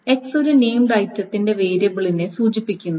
x ഒരു named ഐററത്തിന്റെ വേരിയബിളിനെ സൂചിപ്പിക്കുന്നു